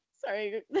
sorry